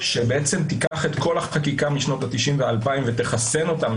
שבעצם תיקח את כל החקיקה משנות ה-90' וה-2000 ותחסן אותה ותחסן אותה